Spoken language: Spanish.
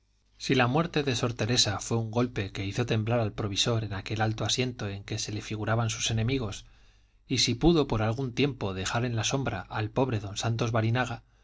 si la muerte de sor teresa fue un golpe que hizo temblar al provisor en aquel alto asiento en que se le figuraban sus enemigos y si pudo por algún tiempo dejar en la sombra al pobre don santos barinaga